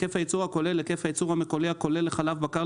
"היקף הייצור הכולל" היקף הייצור המקומי הכולל לחלב בקר,